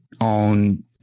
on